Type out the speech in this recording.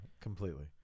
completely